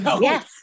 Yes